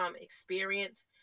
experience